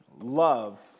love